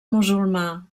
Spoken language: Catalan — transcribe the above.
musulmà